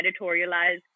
editorialized